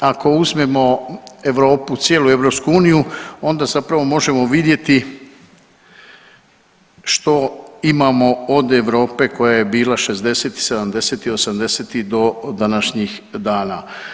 Ako uzmemo Europu, cijelu EU onda zapravo možemo vidjeti što imamo od Europe koja je bila '60.-tih, '70.-tih, '80.-tih do današnjih dana.